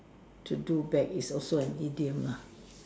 to do bad is also an idiom lah